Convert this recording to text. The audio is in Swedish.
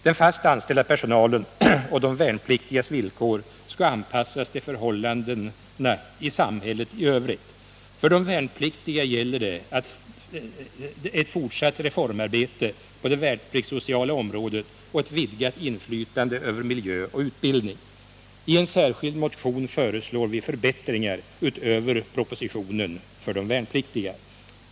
Den fast anställda personalens och de värnpliktigas villkor skall anpassas till förhållandena i samhället i övrigt. För de värnpliktiga gäller det ett fortsatt reformarbete på det värnpliktssociala området och ett vidgat inflytande över miljö och utbildning. I en särskild motion föreslår vi förbättringar utöver propositionens förslag för de värnpliktiga.